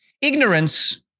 Ignorance